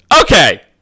Okay